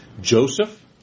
Joseph